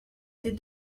était